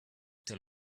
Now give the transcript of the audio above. tell